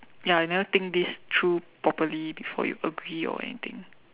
ya you never think this through properly before you agree or anything